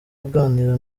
aganira